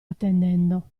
attendendo